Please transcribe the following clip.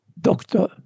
doctor